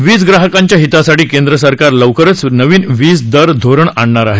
वीज ग्राहकांच्या हितासाठी केंद्र सरकार लवकरच नवीन वीज दर धोरण आणणार आहे